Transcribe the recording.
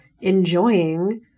enjoying